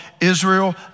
Israel